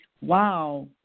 wow